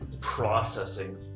processing